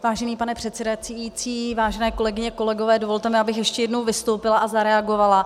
Vážený pane předsedající, vážené kolegyně, kolegové, dovolte mi, abych ještě jednou vystoupila a zareagovala.